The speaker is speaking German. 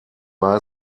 war